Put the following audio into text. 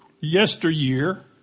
yesteryear